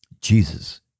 Jesus